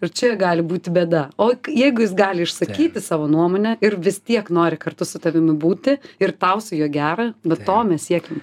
ir čia gali būti bėda o jeigu jis gali išsakyti savo nuomonę ir vis tiek nori kartu su tavimi būti ir tau su juo gera vat to mes siekiam